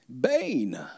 Bane